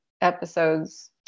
episodes